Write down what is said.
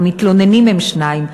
המתלוננים הם שניים,